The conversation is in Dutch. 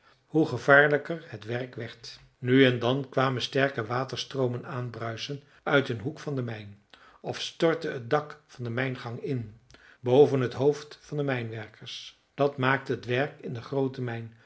hoe gevaarlijker het werk werd nu en dan kwamen sterke waterstroomen aanbruisen uit een hoek van de mijn of stortte het dak van de mijngang in boven het hoofd van de mijnwerkers dat maakte het werk in de groote mijn